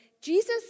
Jesus